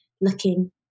looking